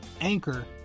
Anchor